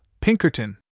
Pinkerton